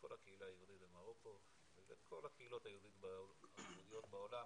את כל היהודית במרוקו ואת כל הקהילות היהודיות בעולם